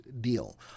deal